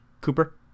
Cooper